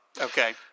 okay